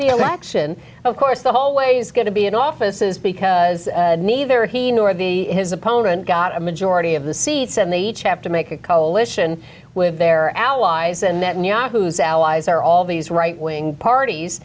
election of course the hallway is going to be in office is because neither he nor the his opponent got a majority of the seats and they each have to make a coalition with their allies and netanyahu has allies are all these right wing parties